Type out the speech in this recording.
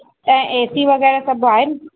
ऐं A C वग़ैरह सभु आहिनि